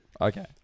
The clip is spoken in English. Okay